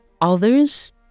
others